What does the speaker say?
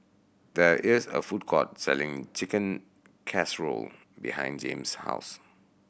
there is a food court selling Chicken Casserole behind Jame's house